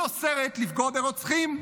היא אוסרת לפגוע ברוצחים,